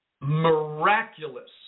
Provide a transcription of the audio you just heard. Miraculous